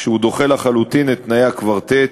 הוא דוחה לחלוטין את תנאי הקוורטט,